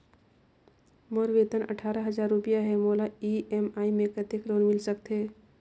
मोर वेतन अट्ठारह हजार रुपिया हे मोला ई.एम.आई मे कतेक लोन मिल सकथे?